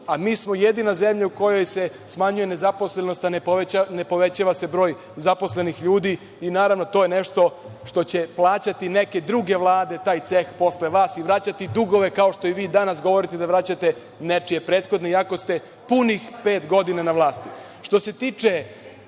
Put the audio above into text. a mi smo jedina zemlja u kojoj se smanjuje nezaposlenost, a ne povećava se broj zaposlenih ljudi, i naravno to je nešto što je će plaćati neke druge vlade, i taj ceh posle vas i vraćati dugove, kao što vi govorite danas da vraćate nečije prethodne iako ste punih pet godina na vlasti. Što